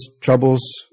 troubles